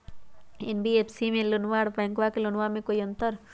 NBFC से लोनमा आर बैंकबा से लोनमा ले बे में कोइ अंतर?